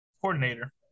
coordinator